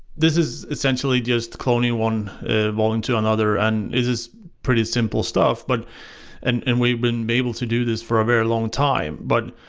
this is essentially just cloning one volume to another and is is pretty simple stuff. but and and we've been able to do this for a very long time. but